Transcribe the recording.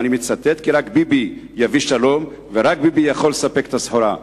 ואני מצטט: כי ביבי יביא שלום ורק ביבי יכול לספק את הסחורה,